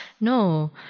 no